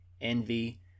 envy